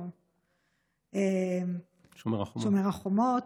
או שומר החומות.